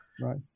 right